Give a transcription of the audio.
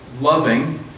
loving